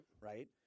Right